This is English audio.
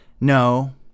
no